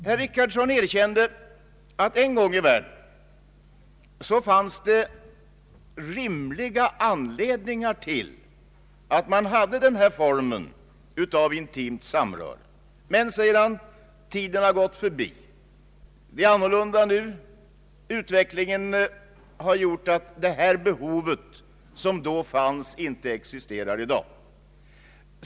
Herr Richardson erkände att det en gång i världen fanns rimliga anledningar till att man hade denna form av intimt samröre. Men, säger han, tiden har gått förbi, det är annorlunda nu. Utvecklingen har gjort att detta behov, som då fanns, inte existerar i dag.